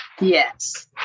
Yes